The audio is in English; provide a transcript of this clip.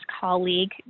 colleague